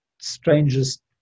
strangest